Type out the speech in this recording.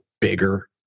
bigger